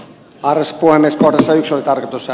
varsinainen seisoi tartossa